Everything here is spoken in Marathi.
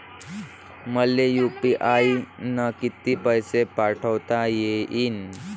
मले यू.पी.आय न किती पैसा पाठवता येईन?